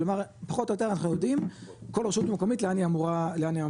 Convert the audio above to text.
כלומר פחות או יותר אנחנו יודעים כל רשות מקומית לאן היא אמורה להיכנס.